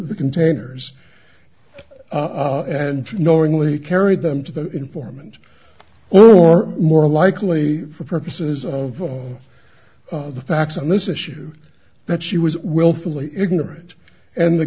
the containers and knowingly carried them to the informant or more likely for purposes of the facts on this issue that she was willfully ignorant and the